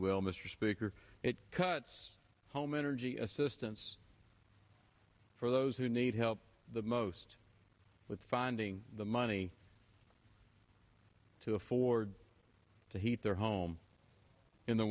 will mr speaker it cuts home energy assistance for those who need help the most with finding the money to afford to heat their home in the